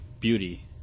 beauty